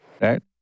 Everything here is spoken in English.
Right